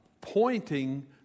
pointing